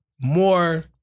more